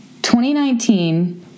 2019